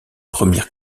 premières